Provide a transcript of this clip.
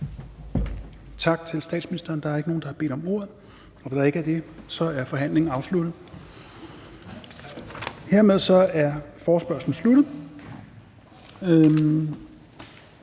Tak til statsministeren. Der er ikke nogen, der har bedt om ordet. Da der ikke er det, så er forhandlingen afsluttet. Hermed er forespørgslen sluttet.